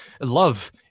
Love